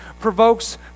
provokes